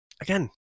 again